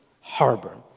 harbor